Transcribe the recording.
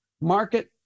Market